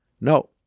No